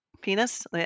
penis